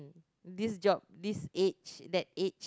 this job this age that age